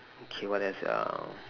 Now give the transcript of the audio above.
okay what else ah